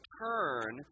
turn